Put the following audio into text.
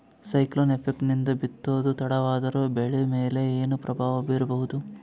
Cyclone effect ನಿಂದ ಬಿತ್ತೋದು ತಡವಾದರೂ ಬೆಳಿ ಮೇಲೆ ಏನು ಪ್ರಭಾವ ಬೀರಬಹುದು?